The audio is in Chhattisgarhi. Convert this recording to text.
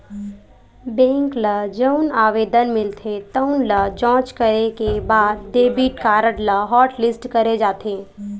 बेंक ल जउन आवेदन मिलथे तउन ल जॉच करे के बाद डेबिट कारड ल हॉटलिस्ट करे जाथे